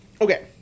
okay